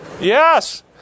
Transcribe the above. Yes